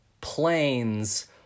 planes